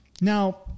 Now